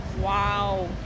Wow